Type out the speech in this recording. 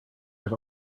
i’ve